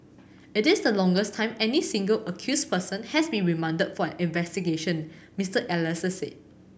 it is the longest time any single accused person has been remanded for an investigation Mister Elias said